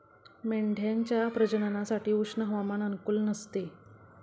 मेंढ्यांच्या प्रजननासाठी उष्ण हवामान अनुकूल नसते